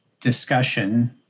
discussion